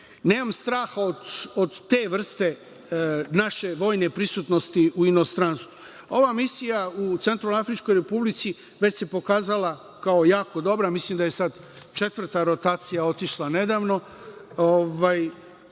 nemam straha od te vrste naše vojne prisutnosti u inostranstvu. Ova misija u Centralnoafričkoj republici već se pokazala kao jako dobra, mislim da je sada četvrta rotacija otišla nedavno.